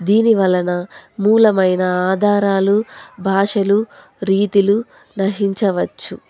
దీని వలన మూలమైన ఆధారాలు భాషలు రీతులు నశించవచ్చు